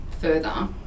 further